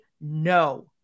no